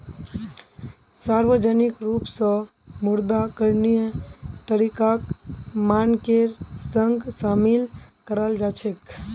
सार्वजनिक रूप स मुद्रा करणीय तरीकाक मानकेर संग शामिल कराल जा छेक